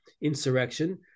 insurrection